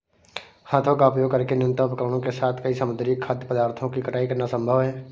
हाथों का उपयोग करके न्यूनतम उपकरणों के साथ कई समुद्री खाद्य पदार्थों की कटाई करना संभव है